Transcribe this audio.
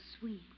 sweet